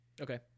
okay